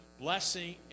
blessing